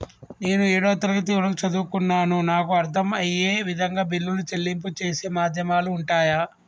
నేను ఏడవ తరగతి వరకు చదువుకున్నాను నాకు అర్దం అయ్యే విధంగా బిల్లుల చెల్లింపు చేసే మాధ్యమాలు ఉంటయా?